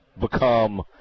become